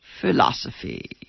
philosophy